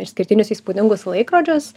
išskirtinius įspūdingus laikrodžius